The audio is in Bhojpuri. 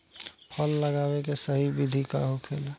फल लगावे के सही विधि का होखेला?